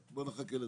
בואו נחכה לדיונים.